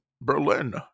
berlin